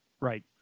Right